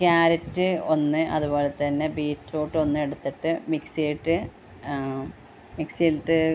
carrot ഒന്ന് അതുപോലെ തന്നെ ബീറ്ററൂട്ട് ഒന്നെടുത്തിട്ട് മിക്സിയിലിട്ട് മിക്സിയിലിട്ട്